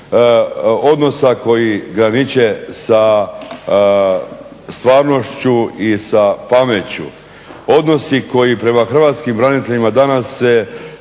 odnosa koji graniče sa stvarnošću i sa pameću. Odnosi koji prema hrvatskim braniteljima danas se